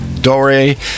Dory